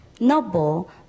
noble